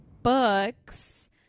books